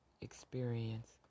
experience